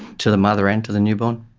to the mother and to the newborn.